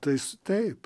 tas taip